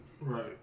Right